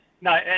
no